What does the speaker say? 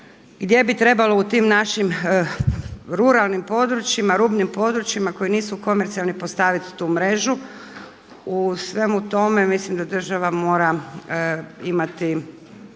gdje bi trebalo u tim našim ruralnim područjima, rubnim područjima koji nisu komercijalni postaviti tu mrežu. U svemu tome mislim da država mora imati